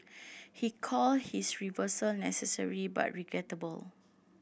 he called his reversal necessary but regrettable